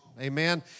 Amen